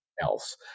else